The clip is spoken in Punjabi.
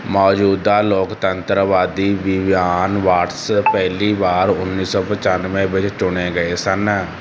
ਮੌਜੂਦਾ ਲੋਕਤੰਤਰਵਾਦੀ ਵਿਵੀਅਨ ਵਾਟਸ ਪਹਿਲੀ ਵਾਰ ਉੱਨੀ ਸੌ ਪਚਾਨਵੇਂ ਵਿੱਚ ਚੁਣੇ ਗਏ ਸਨ